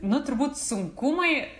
nu turbūt sunkumai